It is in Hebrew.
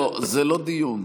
רבותיי, זה לא דיון.